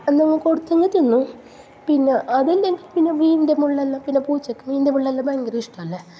എന്തെങ്കിലും കൊടുത്തെങ്കിൽ തിന്നും പിന്നെ അതില്ലെങ്കിൽ പിന്നെ മീനിൻ്റെ മുള്ളെല്ലാം പിന്നെ പൂച്ചയ്ക്ക് മീനിൻ്റെ മുള്ളെല്ലാം ഭയങ്കര ഇഷ്ടമല്ലെ